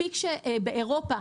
מספיק שבאירופה,